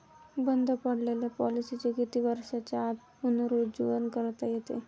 बंद पडलेल्या पॉलिसीचे किती वर्षांच्या आत पुनरुज्जीवन करता येते?